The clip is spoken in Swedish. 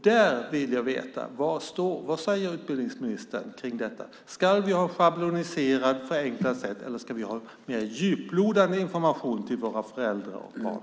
Där vill jag veta: Vad säger utbildningsministern kring detta? Ska vi ha ett schabloniserat, förenklat sätt, eller ska vi ha en mer djuplodande information till föräldrar och barn?